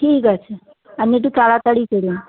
ঠিক আছে আপনি একটু তাড়াতাড়ি করুন